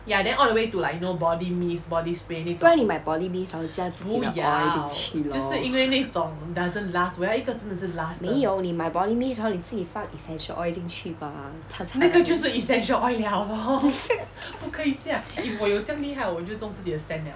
不然你买 body mist 然后你加自己的 oil 进去 lor 没有你买 body mist 然后你自己放 essential oil 进去吧它才